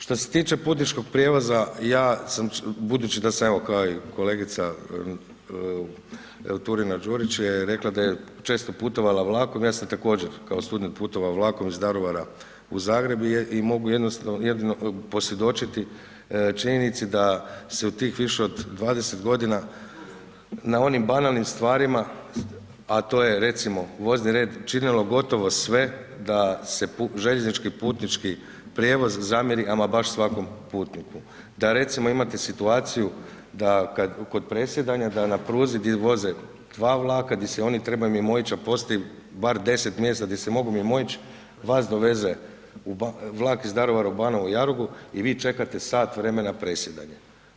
Što se tiče putničkog prijevoza, ja budući da sam evo kao i kolegica evo Turina-Đurić je rekla da često putovala vlakom, ja sam također kao student putovao vlakom iz Daruvara u Zagreb i mogu jedino posvjedočiti činjenici da se u tih više od 20 g. na onim banalnim stvarima a to je recimo vozni red, činilo gotovo sve da se željeznički i putnički prijevoz zamjeri ama baš svakom putniku, da recimo imate situaciju da kod presjedanja da na pruzi di voze dva vlaka, di se oni trebaju mimoići a postoji bar 10 mjesta di se mogu mimoić, vas doveze iz Daruvara u Banovu Jarugu i vi čekate sat vremena presjedanje.